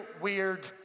weird